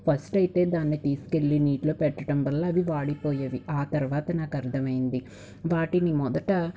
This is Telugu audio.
ఫస్ట్ అయితే దాన్ని తీసుకెళ్ళి నీటిలో పెట్టటం వల్ల అవి వాడిపోయేవి ఆ తర్వాత నాకు అర్థమైంది వాటిని మొదట